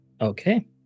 Okay